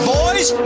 boys